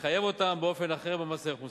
לחייב אותם באופן אחר במס ערך מוסף,